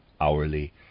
hourly